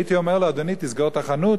הייתי אומר לו: אדוני, תסגור את החנות,